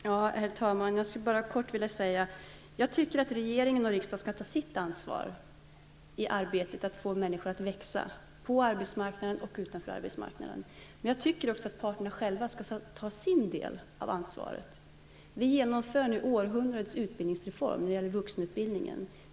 Herr talman! Jag skulle bara kort vilja säga att jag tycker att regeringen och riksdagen skall ta sitt ansvar i arbetet för att få människor att växa, på och utanför arbetsmarknaden. Men jag tycker också att parterna skall ta sin del av ansvaret. Vi genomför nu århundradets utbildningsreform när det gäller vuxenutbildningen.